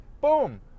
boom